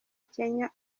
kenya